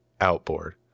outboard